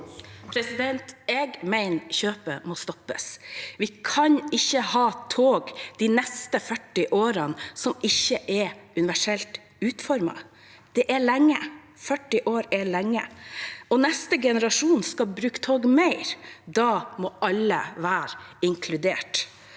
Jeg mener at kjøpet må stoppes. Vi kan ikke ha tog de neste 40 årene som ikke er universelt utformet. 40 år er lenge, og neste generasjon skal bruke toget mer. Da må alle være inkludert.